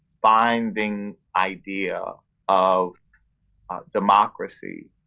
binding idea of democracy,